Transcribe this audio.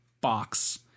box